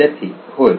विद्यार्थी 1 होय